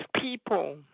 people